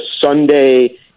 Sunday